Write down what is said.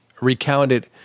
recounted